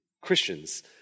Christians